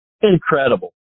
incredible